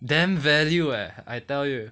damn value eh I tell you